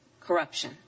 corruption